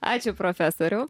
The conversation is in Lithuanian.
ačiū profesoriau